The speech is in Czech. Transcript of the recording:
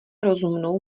rozumnou